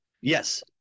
Yes